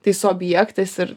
tais objektais ir